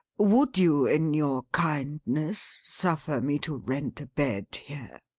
would you, in your kindness, suffer me to rent a bed here?